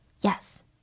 Yes